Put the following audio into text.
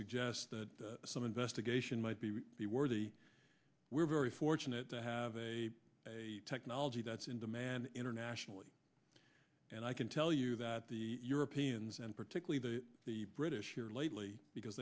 suggest that some investigation might be the worthy we're very fortunate to have a technology that's in demand internationally and i can tell you that the europeans and particularly the british here lately because